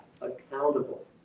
accountable